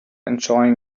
enjoying